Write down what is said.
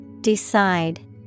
Decide